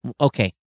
okay